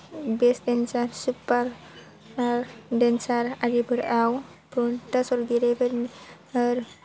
best देन्सार सुपार आर देन्सार आरिफोराव प्रनिता सरग'यारि फोरनि ओर